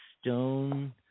stone